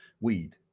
weed